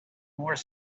more